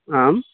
आं